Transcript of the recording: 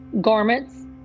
garments